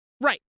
right